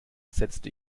setzte